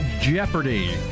Jeopardy